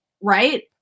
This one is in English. right